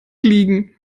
liegen